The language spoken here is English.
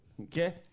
Okay